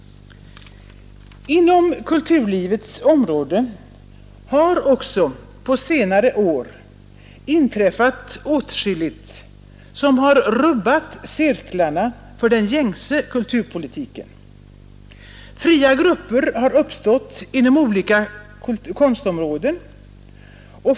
Inom kulturlivets område har också på senare år inträffat åtskilligt som rubbat cirklarna för den gängse kulturpolitiken. Fria grupper har uppstått inom olika konstområden.